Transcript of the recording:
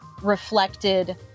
reflected